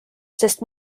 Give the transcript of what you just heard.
sest